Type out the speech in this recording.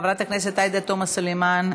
חברת הכנסת עאידה תומא סלימאן,